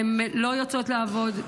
הן לא יוצאות לעבוד.